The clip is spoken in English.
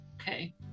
Okay